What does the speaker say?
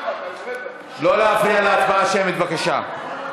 לא להפריע להצבעה שמית בבקשה.